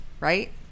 right